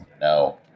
No